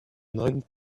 nine